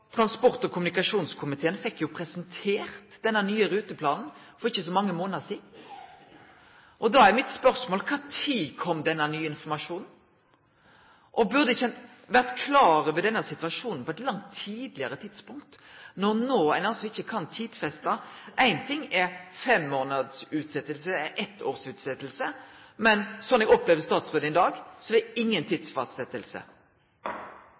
transport- og kommunikasjonskomiteen fekk presentert denne nye ruteplanen for ikkje så mange månader sidan. Da er mitt spørsmål: Kva tid kom denne nye informasjonen? Burde ein ikkje vore klar over denne situasjonen på eit langt tidlegare tidspunkt, når ein no ikkje kan tidfeste dette? Ein ting er fem månaders utsetjing eller eit års utsetjing. Men som eg opplever statsråden i dag, er det